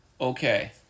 okay